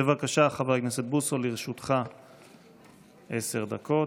בבקשה, חבר הכנסת בוסו, לרשותך עשר דקות.